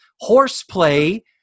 horseplay